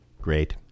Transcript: Great